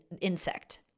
insect